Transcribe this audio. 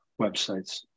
websites